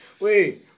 Wait